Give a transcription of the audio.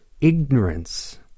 ignorance